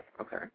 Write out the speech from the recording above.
Okay